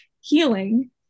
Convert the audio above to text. healing